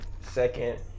second